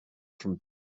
from